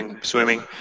swimming